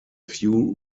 few